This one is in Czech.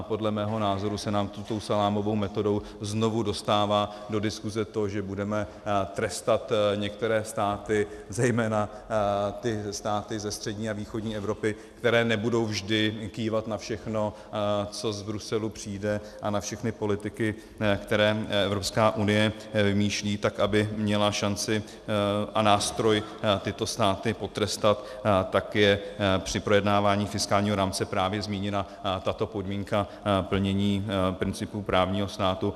Podle mého názoru se nám salámovou metodou znovu dostává do diskuse to, že budeme trestat některé státy, zejména ty státy ze střední a východní Evropy, které nebudou vždy kývat na všechno, co z Bruselu přijde, a na všechny politiky, které EU vymýšlí, tak aby měla šanci a nástroj tyto státy potrestat, tak je při projednávání fiskálního rámce právě zmíněna tato podmínka plnění principů právního státu.